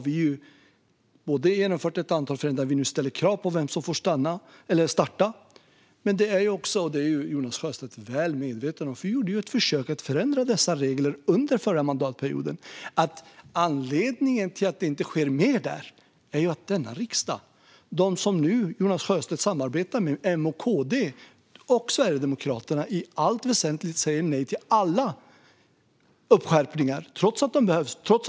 Vi ställer nu krav på vem som får starta skola. Vi gjorde också, och det är Jonas Sjöstedt väl medveten om, ett försök att förändra dessa regler under förra mandatperioden. Anledningen till att det inte sker mer där är ju att de partier i denna riksdag som Jonas Sjöstedt nu samarbetar med, M och KD och Sverigedemokraterna, i allt väsentligt säger nej till alla skärpningar trots att de uppenbart behövs.